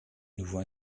nouveau